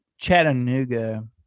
Chattanooga